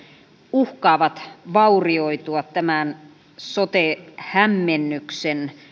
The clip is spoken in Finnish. uhkaavat vaurioitua tämän sote hämmennyksen